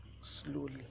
slowly